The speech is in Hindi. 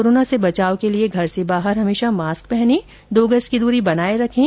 कोरोना से बचाव के लिए घर से बाहर इमेशा मास्क पहनें और दो गज की दूरी बनाए रखें